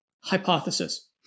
hypothesis